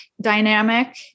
dynamic